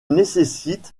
nécessite